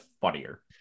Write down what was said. funnier